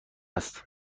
است